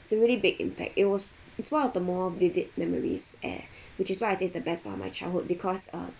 it's a really big impact it was it's one of the more vivid memories eh which is why I say it's the best part of my childhood because uh